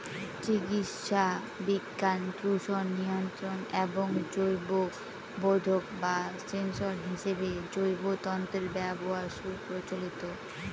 চিকিৎসাবিজ্ঞান, দূষণ নিয়ন্ত্রণ এবং জৈববোধক বা সেন্সর হিসেবে জৈব তন্তুর ব্যবহার সুপ্রচলিত